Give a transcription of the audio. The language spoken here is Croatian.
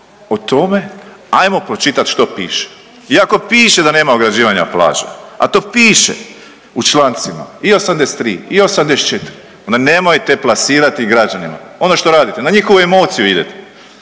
o tome ajmo pročitat što piše i ako piše da nema ograđivanja plaža, a to piše u člancima i 83 i 84 onda nemojte plasirati građanima ono što radite. Na njihovu emociju idete.